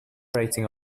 cooperating